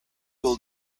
will